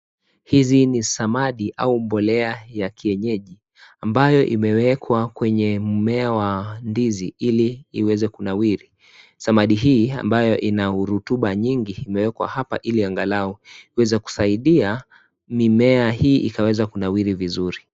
Hizi ni zamadi au mbolea ya kienyeji ambayo imewekwa kwenye mmea wa ndizi ili iweze kunawiri. Zamadi hii ambayo ina urutuba nyingi imewekwa hapa Ili angalau iweze kusaidia mimea hii ikaweza kunawiri vizuri .